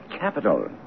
Capital